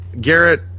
Garrett